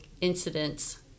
incidents